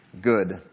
good